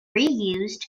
reused